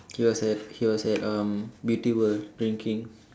he was at he was at um beauty world drinking